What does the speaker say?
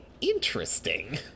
interesting